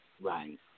Right